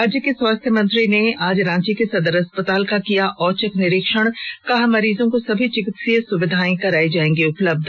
राज्य के स्वास्थ्य मंत्री ने आज रांची के सदर अस्पताल का किया औचक निरीक्षण कहा मरीजों को सभी चिकित्सीय सुविधायें करायी जाएंगी उपलब्ध